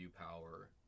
power